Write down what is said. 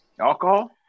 Alcohol